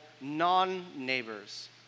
non-neighbors